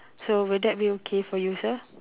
so will that be okay for you sir